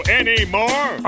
anymore